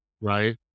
right